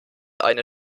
eine